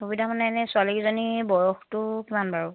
সুবিধা মানে এনেই ছোৱালীকেইজনী বয়সটো কিমান বাৰু